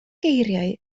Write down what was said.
geiriau